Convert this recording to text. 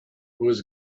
was